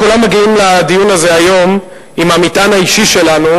כולנו מגיעים לדיון הזה היום עם המטען האישי שלנו,